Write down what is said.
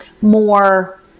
more